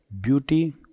beauty